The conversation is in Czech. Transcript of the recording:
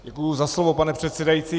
Děkuji za slovo, pane předsedající.